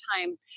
time